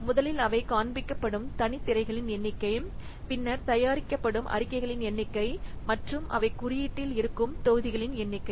முதலில் அவை காண்பிக்கப்படும் தனித் திரைகளின் எண்ணிக்கை பின்னர் தயாரிக்கப்படும் அறிக்கைகளின் எண்ணிக்கை மற்றும் அவை குறியீட்டில் இருக்கும் தொகுதிகளின் எண்ணிக்கை